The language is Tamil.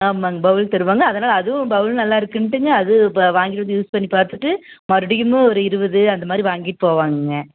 ஆமாம்ங்க பௌல் தருவாங்க அதனால் அதுவும் பௌலும் நல்லாருக்குன்ட்டுங்க அதுவும் இப்போ வாங்கிகிட்டு வந்து யூஸ் பண்ணி பார்த்துட்டு மறுபடியும் இன்னும் ஒரு இருபது அந்தமாதிரி வாங்கிட்டு போவாங்கங்க